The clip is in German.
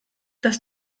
das